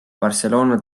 barcelona